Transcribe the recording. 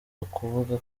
ukuvuga